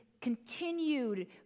continued